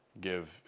give